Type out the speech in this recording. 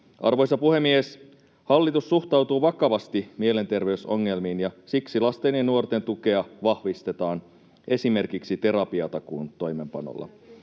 Arvoisa puhemies! Hallitus suhtautuu vakavasti mielenterveysongelmiin. Siksi lasten ja nuorten tukea vahvistetaan esimerkiksi terapiatakuun toimeenpanolla.